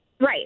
Right